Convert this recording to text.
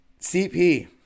cp